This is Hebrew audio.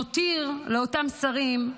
נותיר לאותם שרים,